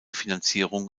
finanzierung